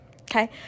okay